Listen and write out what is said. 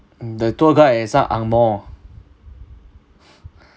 mm the tour guide is some ang moh